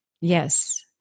Yes